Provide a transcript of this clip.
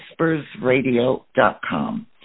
whispersradio.com